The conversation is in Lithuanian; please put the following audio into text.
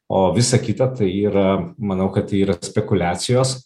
o visa kita tai yra manau kad tai yra spekuliacijos